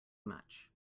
much